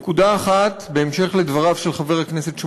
נקודה אחת, בהמשך לדבריו של חבר הכנסת שמולי,